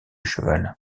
cheval